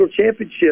championship